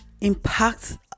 impact